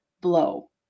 blow